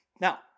Now